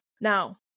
Now